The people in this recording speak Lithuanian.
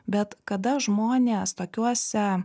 bet kada žmonės tokiuose